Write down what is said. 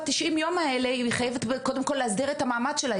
ב-90 הימים האלה חייבת קודם כל להסדיר את המעמד שלה,